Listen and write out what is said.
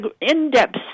in-depth